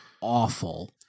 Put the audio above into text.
awful